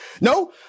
No